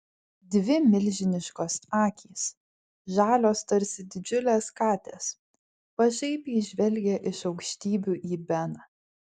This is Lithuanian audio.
dvi milžiniškos akys žalios tarsi didžiulės katės pašaipiai žvelgė iš aukštybių į beną